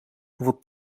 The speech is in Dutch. hoeveel